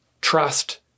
trust